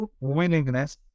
willingness